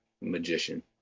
magician